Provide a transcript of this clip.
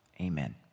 amen